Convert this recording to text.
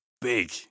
big